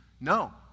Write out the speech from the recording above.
no